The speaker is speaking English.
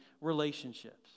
relationships